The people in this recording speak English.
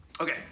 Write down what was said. Okay